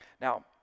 Now